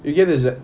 you get this lah